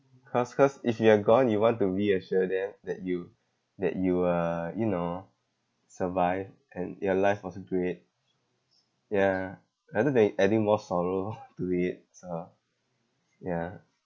cause cause if you are gone you want to reassure them that you that you uh you know survive and your life was great ya rather than you adding more sorrow to it so ya